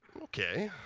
ok.